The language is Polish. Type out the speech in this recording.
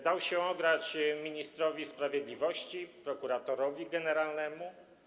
Dał się ograć ministrowi sprawiedliwości, prokuratorowi generalnemu.